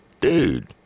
Dude